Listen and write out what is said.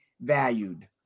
valued